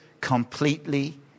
completely